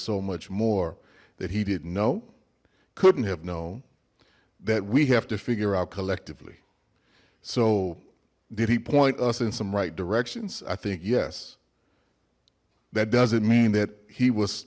so much more that he didn't know couldn't have known that we have to figure out collectively so did he point us in some right directions i think yes that doesn't mean that he was